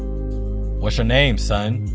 what's your name son!